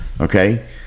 Okay